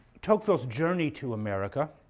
tocqueville's journey to america,